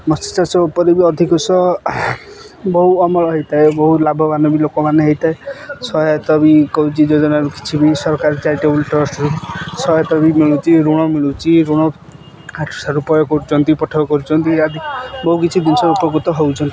ମସ୍ୟଚାଷ ଉପରେ ବି ଅଧିକ ସ ବହୁ ଅମଳ ହେଇଥାଏ ବହୁ ଲାଭବାନ ବି ଲୋକମାନେ ହେଇଥାଏ ସହାୟତା ବି କହୁଛି ଯୋଜନାରୁ କିଛି ବି ସରକାରୀ ଚାରିଟେବୁଲ ଟ୍ରଷ୍ଟରୁ ସହାୟତା ବି ମିଳୁଛି ଋଣ ମିଳୁଛି ଋଣ ଉପୟ କରୁଛନ୍ତି ପଠର କରୁଛନ୍ତି ଆଦି ବହୁ କିଛି ଜିନିଷ ଉପକୃତ ହଉଛନ୍ତି